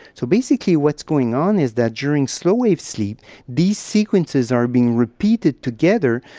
so basically what's going on is that during slow wave sleep these sequences are being repeated together,